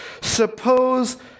suppose